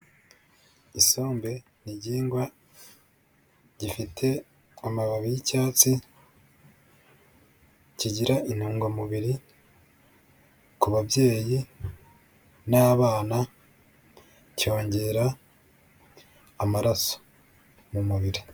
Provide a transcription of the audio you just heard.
Isombe ni igihingwa gifite amababi y'icyatsi, kigira intungamubiri ku babyeyi n'abana cyongera amaraso mu mubiri.